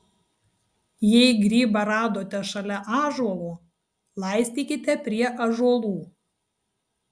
jei grybą radote šalia ąžuolo laistykite prie ąžuolų